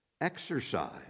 exercise